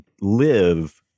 live